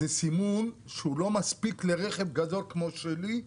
זה סימון שהוא לא מספיק לרכב גדול כמו שלי,